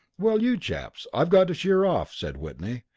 well, you chaps, i've got to sheer off, said whitney.